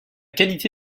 qualité